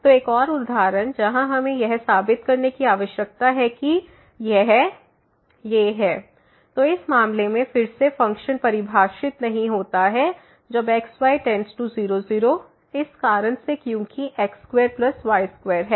तो एक और उदाहरण जहां हमें यह साबित करने की आवश्यकता है कि यह xy00xyx2y20 तो इस मामले में फिर से फ़ंक्शन परिभाषित नहीं होता है जब x y0 0 इस कारण से क्योंकिx2y2 है